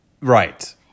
right